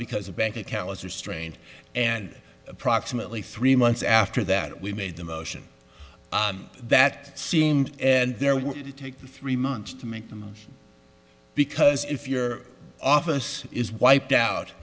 because a bank account was restrained and approximately three months after that we made a motion that seemed and there were to take three months to make them because if your office is wiped out